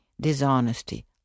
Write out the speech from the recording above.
Dishonesty